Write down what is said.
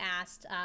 asked